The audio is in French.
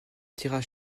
tirage